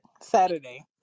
Saturday